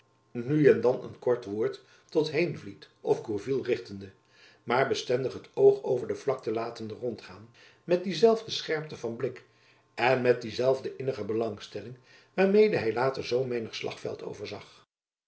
nu en dan een kort woord tot heenvliet of gourville richtende maar bestendig het oog over de vlakte latende rondgaan met diezelfde scherpte van blik en met diezelfde innige belangstelling waarmede hy later zoo menig slagveld overzag